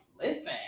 Listen